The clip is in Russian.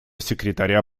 секретаря